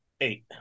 Eight